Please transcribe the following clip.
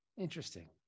Interesting